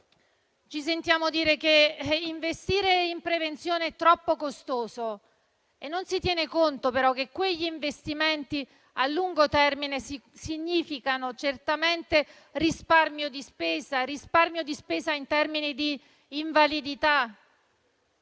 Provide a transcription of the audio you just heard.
ci sentiamo dire che investire in prevenzione è troppo costoso, ma non si tiene conto che quegli investimenti a lungo termine significano certamente risparmio di spesa in termini di invalidità.